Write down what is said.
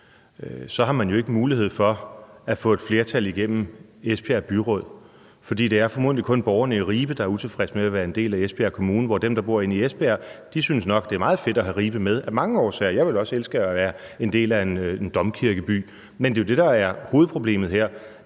har man jo ikke mulighed for at få et flertal igennem i Esbjerg byråd. For det er formodentlig kun borgerne i Ribe, der er utilfredse med at være en del af Esbjerg Kommune, hvorimod dem, der bor inde i Esbjerg, nok synes, det er meget fedt at have Ribe med – af mange årsager. Jeg ville også elske at være en del af en domkirkeby. Men det er jo det, der er hovedproblemet her,